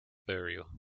burial